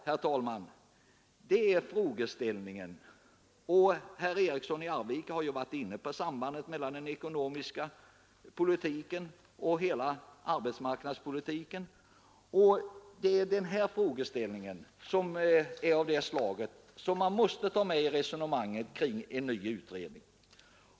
Herr talman! Herr Eriksson i Arvika har ju varit inne på sambandet mellan den ekonomiska politiken och arbetsmarknadspolitiken. Denna frågeställning är av det slaget att man måste ta med den i resonemanget kring en ny utredning.